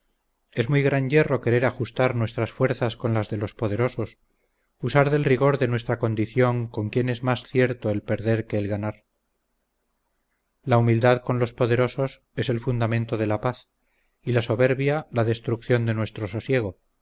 es muy gran yerro querer ajustar nuestras fuerzas con las de los poderosos usar del rigor de nuestra condición con quien es mas cierto el perder que el ganar la humildad con los poderosos es el fundamento de la paz y la soberbia la destrucción de nuestro sosiego